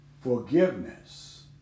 Forgiveness